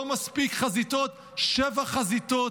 לא מספיק חזיתות, שבע חזיתות,